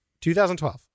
2012